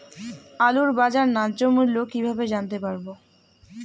আলুর বাজার ন্যায্য মূল্য কিভাবে জানতে পারবো?